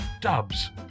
dubs